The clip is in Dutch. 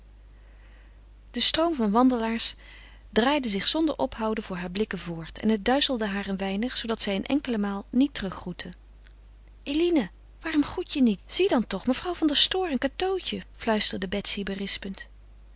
de stroom van wandelaars draaide zonder ophouden voor haar blikken voort en het duizelde haar een weinig zoodat zij een enkele maal niet teruggroette eline waarom groet je niet zie dan toch mevrouw van der stoor en cateautje fluisterde betsy